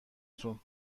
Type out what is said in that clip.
تون